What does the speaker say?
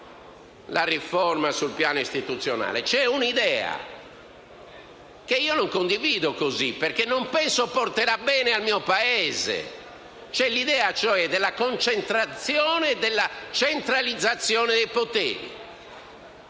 la riforma sul piano istituzionale. C'è un'idea che io non condivido perché non penso porterà bene al mio Paese. C'è l'idea della concentrazione e della centralizzazione dei poteri.